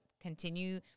continue